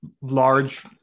large